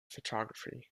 photography